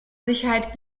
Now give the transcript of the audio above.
sicherheit